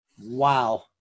Wow